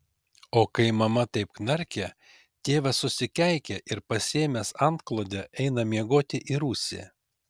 o kai mama taip knarkia tėvas susikeikia ir pasiėmęs antklodę eina miegoti į rūsį